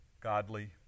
godly